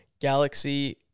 Galaxy